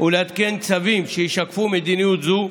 ולהתקין צווים שישקפו מדיניות זו,